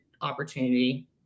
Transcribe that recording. opportunity